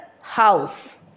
house